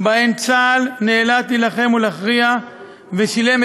שבהן צה"ל נאלץ להילחם ולהכריע ושילם,